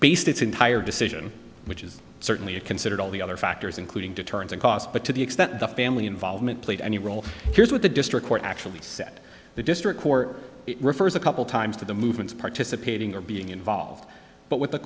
based its entire decision which is certainly a considered all the other factors including deterrence and cost but to the extent the family involvement played any role here's what the district court actually said the district court refers a couple times to the movements participating or being involved but what the